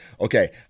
okay